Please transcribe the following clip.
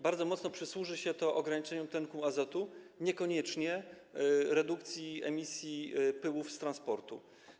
Bardzo mocno przysłuży się to ograniczeniu emisji tlenków azotu, choć niekoniecznie redukcji emisji pyłów z transportu.